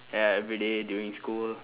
ya everyday during school